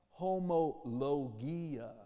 Homologia